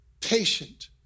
Patient